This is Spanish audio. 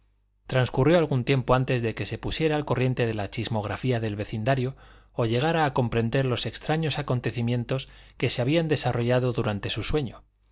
transcurrió algún tiempo antes de que se pusiera al corriente de la chismografía del vecindario o llegara a comprender los extraños acontecimientos que se habían desarrollado durante su sueño